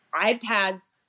iPads